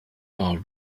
are